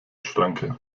schranke